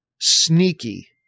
sneaky